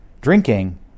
drinking